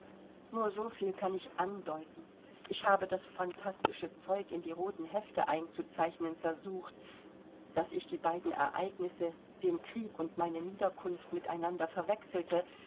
nur so viel kann ich andeuten ich habe das phantastische zeug in die roten hefte einzuzeichnen versucht daß ich die beiden ereignisse den krieg und meine niederkunft miteinander verwechselte